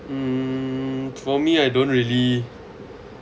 mm for me I don't really